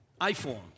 iPhone